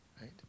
right